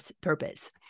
purpose